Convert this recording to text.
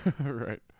Right